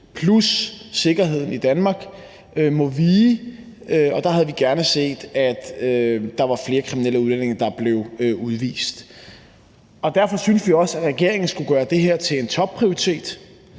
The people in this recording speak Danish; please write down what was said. plus sikkerheden i Danmark må vige. Og der havde vi gerne set, at der var flere kriminelle udlændinge, der blev udvist. Derfor synes vi også, at regeringen skulle gøre det her til en topprioritet.